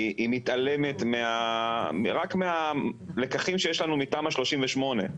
היא מתעלמת רק מהלקחים שיש לנו מתמ"א 38,